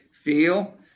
feel